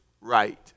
right